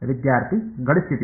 ವಿದ್ಯಾರ್ಥಿ ಗಡಿ ಸ್ಥಿತಿ